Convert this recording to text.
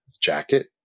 jacket